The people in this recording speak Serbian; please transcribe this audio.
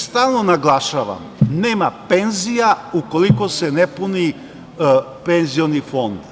Stalno naglašavam - nema penzija ukoliko se ne puni penzioni fond.